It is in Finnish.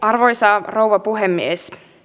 arvoisa rouva puhemies